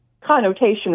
connotation